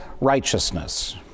righteousness